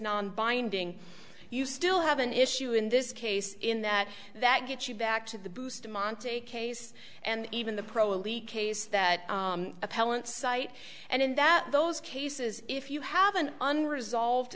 nonbinding you still have an issue in this case in that that gets you back to the bustamante case and even the pro elite case that appellant cite and in that those cases if you have an unresolved